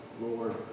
Lord